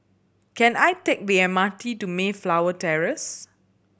can I take the M R T to Mayflower Terrace